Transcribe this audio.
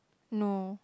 no